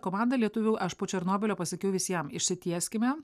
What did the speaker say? komanda lietuvių aš po černobylio pasakiau visiem išsitieskime